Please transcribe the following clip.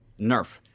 Nerf